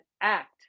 act